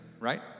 Right